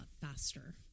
faster